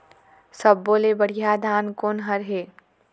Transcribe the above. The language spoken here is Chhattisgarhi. सब्बो ले बढ़िया धान कोन हर हे?